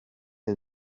com